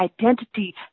identity